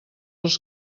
els